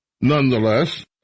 Nonetheless